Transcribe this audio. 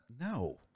No